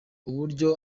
uburyo